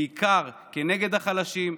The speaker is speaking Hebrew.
בעיקר כנגד החלשים,